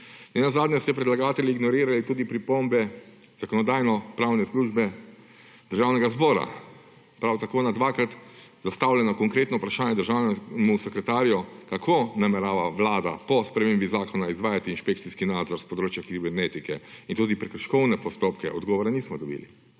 Nenazadnje ste predlagatelji ignorirali tudi pripombe Zakonodajno-pravne službe Državnega zbora. Prav tako na dvakrat zastavljeno konkretno vprašanje državnemu sekretarju, kako namerava Vlada po spremembi 15. TRAK: (AB) – 11.50 (nadaljevanje) zakona izvajati inšpekcijski nadzor s področja kibernetike in tudi prekrškovne postopke. Odgovora nismo dobili.